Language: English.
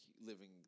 living